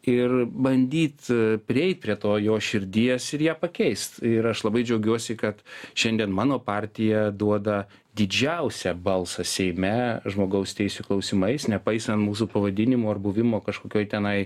ir bandyt prieit prie to jo širdies ir ją pakeist ir aš labai džiaugiuosi kad šiandien mano partija duoda didžiausią balsą seime žmogaus teisių klausimais nepaisant mūsų pavadinimo ar buvimo kažkokioj tenai